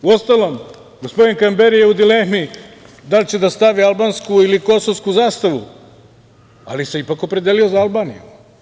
Uostalom, gospodin Kamberi je u dilemi da li će da stavi albansku ili kosovsku zastavu, ali se ipak opredelio za Albaniju.